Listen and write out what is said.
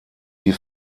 die